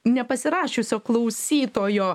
nepasirašiusio klausytojo